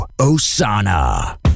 Osana